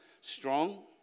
strong